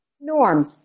Norm